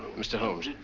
mr. holmes,